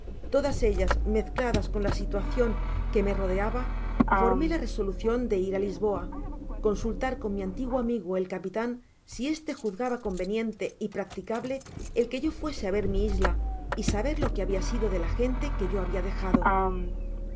todas ellas mezcladas con la situacion que me rodeaba formé la resolucion de ir á lisboa consaltar con mi antiguo amigo el capitan si este juzgaba conveniente y practicable el que yo fuese á ver mi isla y saber lo que babia sido de la gente que yo habia dejado